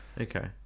okay